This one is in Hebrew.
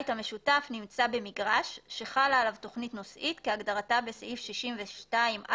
המשותף נמצא במגרש שחלה עליו תכנית נושאית כהגדרתה בסעיף 62א(ח)